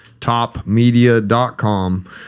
Topmedia.com